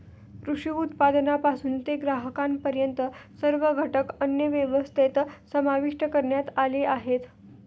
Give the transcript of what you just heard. कृषी उत्पादनापासून ते ग्राहकांपर्यंत सर्व घटक अन्नव्यवस्थेत समाविष्ट करण्यात आले आहेत